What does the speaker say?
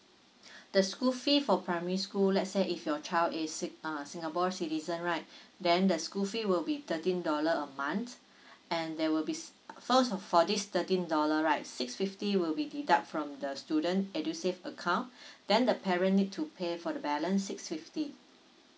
the school fee for primary school let's say if your child is si~ uh singapore citizen right then the school fee will be thirteen dollar a month and there will be s~ first for this thirteen dollar right six fifty will be deduct from the student edusave account then the parent need to pay for the balance six fifty